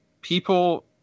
people